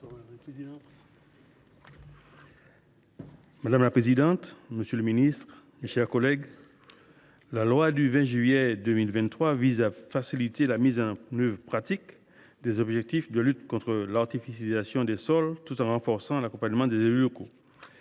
Madame la présidente, monsieur le ministre, mes chers collègues, la loi du 20 juillet 2023 vise à faciliter la mise en œuvre des objectifs de lutte contre l’artificialisation des sols, tout en renforçant l’accompagnement des élus locaux.